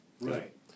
Right